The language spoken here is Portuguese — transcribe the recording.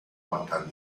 matar